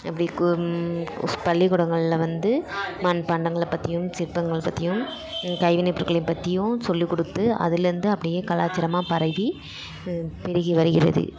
அப்படி கு ஸ் பள்ளிக்கூடங்களில் வந்து மண் பாண்டங்களை பற்றியும் சிற்பங்களை பற்றியும் கைவினைப் பொருட்களை பற்றியும் சொல்லிக் கொடுத்து அதுலேருந்து அப்படியே கலாச்சாரமாக பரவி பெருகி வருகிறது